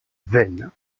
veynes